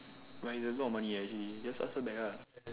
but is a lot of money eh actually just ask her back lah